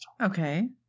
Okay